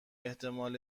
احتمال